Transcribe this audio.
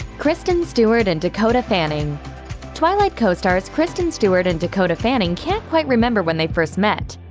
kristen stewart and dakota fanning twilight co-stars kristen stewart and dakota fanning can't quite remember when they first met.